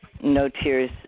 no-tears